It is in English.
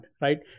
Right